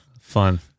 Fun